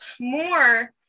more